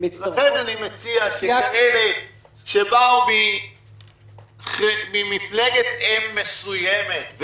אני מציע שכאלה שבאו ממפלגת אם מסוימת,